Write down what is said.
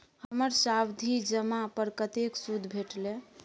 हमर सावधि जमा पर कतेक सूद भेटलै?